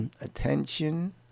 attention